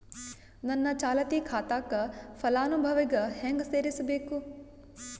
ನನ್ನ ಚಾಲತಿ ಖಾತಾಕ ಫಲಾನುಭವಿಗ ಹೆಂಗ್ ಸೇರಸಬೇಕು?